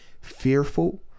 fearful